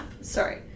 Sorry